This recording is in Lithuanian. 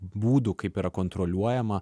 būdų kaip yra kontroliuojama